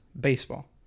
baseball